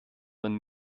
man